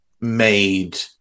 made